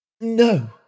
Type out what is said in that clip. No